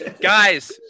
Guys